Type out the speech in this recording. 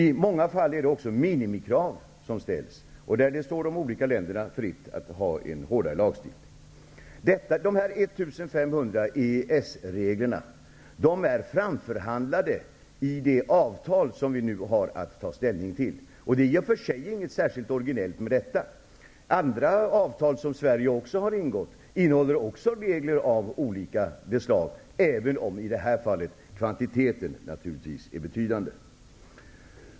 I många fall är det också minimikrav som ställs. Där står det de olika länder fritt att ha en hårdare lagstiftning. Dessa 1 500 EES-regler är framförhandlade i det avtal som vi nu har att ta ställning till. Det är inte något särskilt orginellt med detta. Andra avtal som Sverige också har ingått innehåller också regler av olika slag, även om kvantiteten i det här fallet är betydande.